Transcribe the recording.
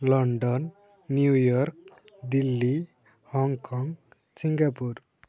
London New York Delhi Hong Kong Singapore